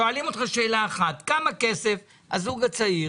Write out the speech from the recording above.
שואלים אותך שאלה אחת: הזוג הצעיר,